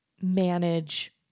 manage